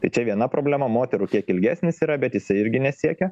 tai čia viena problema moterų kiek ilgesnis yra bet jisai irgi nesiekia